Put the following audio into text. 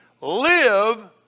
live